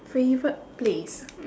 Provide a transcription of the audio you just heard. favourite place